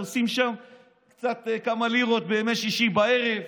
עושים כמה לירות בימי שישי בערב,